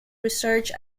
research